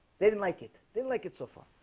they didn't like it didn't like it so far,